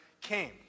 came